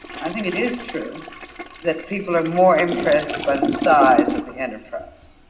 i think it is true that people are more impressed by the size of the enterprise.